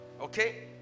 Okay